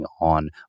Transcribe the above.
on